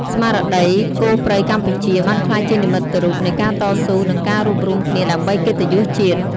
ស្មារតី "គោព្រៃកម្ពុជា" បានក្លាយជានិមិត្តរូបនៃការតស៊ូ និងការរួបរួមគ្នាដើម្បីកិត្តិយសជាតិ។